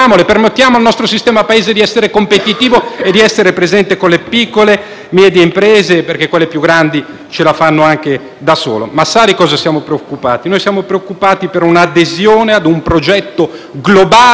grandi ce la fanno anche da sole. Ma sa di cosa siamo preoccupati? Siamo preoccupati per un'adesione ad un progetto globale senza un'interlocuzione approfondita con i nostri *partner* storici all'interno dell'Alleanza atlantica e all'interno della dimensione